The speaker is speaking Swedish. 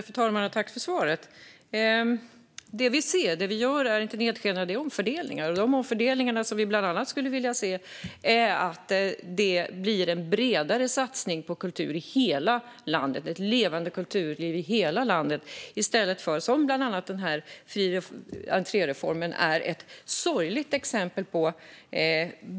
Fru talman! Tack för svaret! Det vi gör är inte nedskärningar utan omfördelningar. De omfördelningar som vi bland annat skulle vilja se är en bredare satsning på ett levande kulturliv i hela landet i stället för den huvudstadskoncentration som bland annat fri entré-reformen är ett sorgligt exempel på.